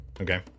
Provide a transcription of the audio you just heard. Okay